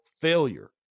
failure